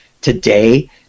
today